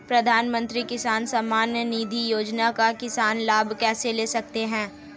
प्रधानमंत्री किसान सम्मान निधि योजना का किसान लाभ कैसे ले सकते हैं?